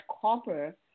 copper